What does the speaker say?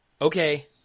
Okay